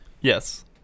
Yes